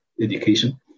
education